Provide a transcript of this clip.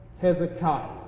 Hezekiah